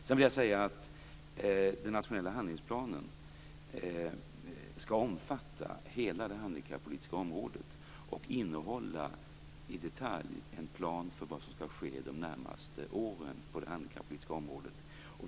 Sedan vill jag säga att den nationella handlingsplanen skall omfatta hela det handikappolitiska området och i detalj innehålla en plan för vad som skall ske de närmaste åren på det handikappolitiska området.